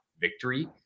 victory